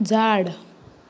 झाड